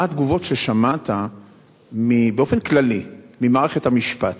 מה התגובות ששמעת באופן כללי ממערכת המשפט,